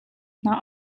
hna